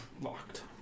Locked